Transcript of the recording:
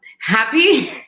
happy